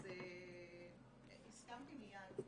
אז הסכמתי מייד.